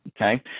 okay